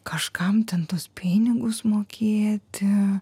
kažkam ten tuos pinigus mokėti